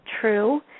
true